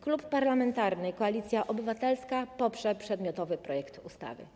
Klub Parlamentarny Koalicja Obywatelska poprze przedmiotowy projekt ustawy.